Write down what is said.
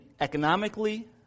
economically